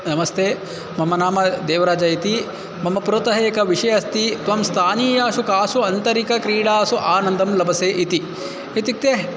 नमस्ते मम नाम देवराजः इति मम पुरतः एक विषयः अस्ति त्वं स्थानीयेषु कासु अन्तरिकक्रीडासु आनन्दं लभसे इति इत्युक्ते